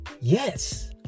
Yes